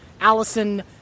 allison